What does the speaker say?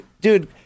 dude